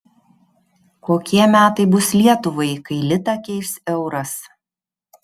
kokie metai bus lietuvai kai litą keis euras